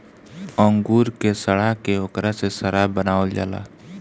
अंगूर के सड़ा के ओकरा से शराब बनावल जाला